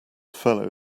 fellow